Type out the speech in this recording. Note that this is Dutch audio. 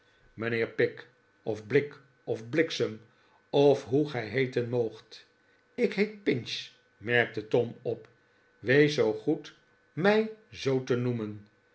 mijnheer pik of blik of bliksem of hoe gij heeten moogt ik heet pinch merkte tom op wees zoo goed mij zoo te noemen